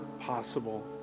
possible